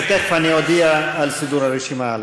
ותכף אני אודיע על סידור הרשימה הלאה.